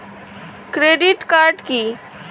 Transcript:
Credit card key?